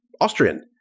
Austrian